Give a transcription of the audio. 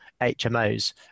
hmos